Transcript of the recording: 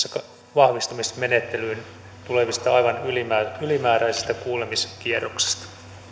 vahvistamismenettelyyn tulevasta aivan ylimääräisestä ylimääräisestä kuulemiskierroksesta